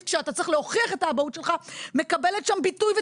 כשאתה צריך להוכיח את האבהות שלך מקבלת שם ביטוי ותיקוף.